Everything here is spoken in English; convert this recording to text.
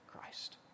Christ